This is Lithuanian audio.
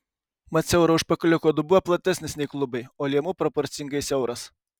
mat siauro užpakaliuko dubuo platesnis nei klubai o liemuo proporcingai siauras